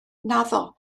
naddo